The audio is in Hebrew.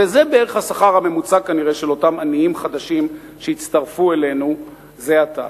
וזה בערך השכר הממוצע כנראה של אותם עניים חדשים שהצטרפו אלינו זה עתה.